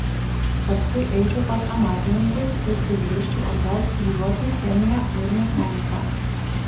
paskui eičiau pas amatininkus ir kai grįžčiau atgal studijuočiau chemiją ir mechaniką